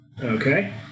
Okay